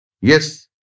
Yes